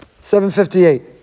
758